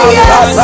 yes